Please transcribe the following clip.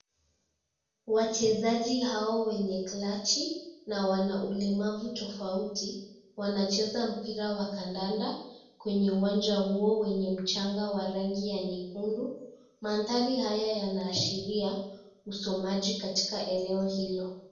Wachezaji hao wenye klachi na wana ulemavu tofauti wanacheza mpira wa kandanda kwenye uwanja huo wenye mchanga wa rangi ya nyekundu, mandhari haya yana ashiria usomaji katika eneo hilo.